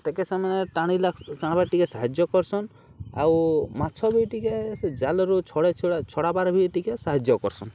ତା'କେ ସେମାନେ ଟାଣିି ଟାଣ୍ବାର୍ରେ ଟିକେ ସାହାଯ୍ୟ କର୍ସନ୍ ଆଉ ମାଛ ବି ଟିକେ ସେ ଜାଲରୁ ଛଡ଼େଇ ଛଡ଼ା ଛଡ଼ାବାର୍ରେ ବି ଟିକେ ସାହାଯ୍ୟ କର୍ସନ୍